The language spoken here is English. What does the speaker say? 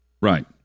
Right